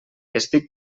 estic